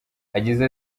yagize